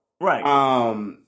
right